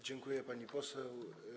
Dziękuję, pani poseł.